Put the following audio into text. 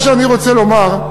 מה שאני רוצה לומר,